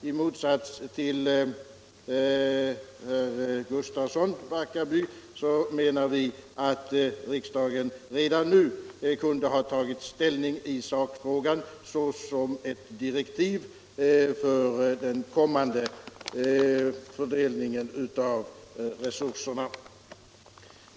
I motsats till herr Gustafsson i Barkaby menar vi att riksdagen 81 redan nu kunde ha tagit ställning i sakfrågan såsom ett direktiv för den kommande fördelningen av resurserna.